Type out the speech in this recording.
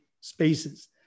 spaces